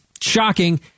shocking